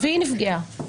והיא נפגעה.